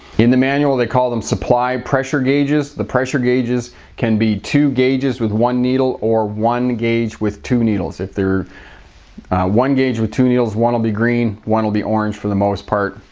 in the manual they call them supply pressure gauges. the pressure gauges can be to two gauges with one needle or one gauge with two needles. if they're one gauge with two needles one will be green, one will be orange for the most part.